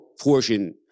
portion